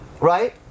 right